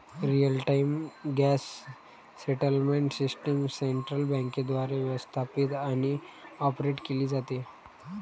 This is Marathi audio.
real time gross settlement system central बँकेद्वारे व्यवस्थापित आणि ऑपरेट केली जाते